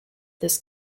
this